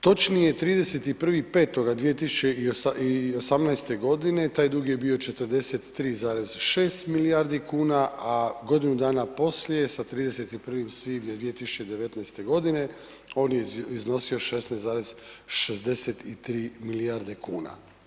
Točnije 31.5.2018. godine taj dug je bio 43,6 milijardi kuna a godinu dana poslije sa 31. svibnja 2019. godine, on je iznosio 16,63 milijarde kuna.